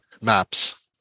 Maps